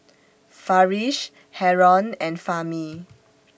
Farish Haron and Fahmi